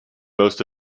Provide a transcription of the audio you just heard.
most